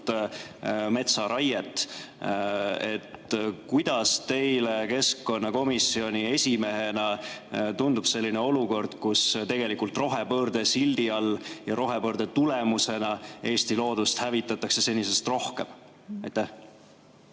metsaraiet. Kuidas teile keskkonnakomisjoni esimehena tundub selline olukord, kus tegelikult rohepöörde sildi all ja rohepöörde tulemusena Eesti loodust hävitatakse senisest rohkem? Aitäh,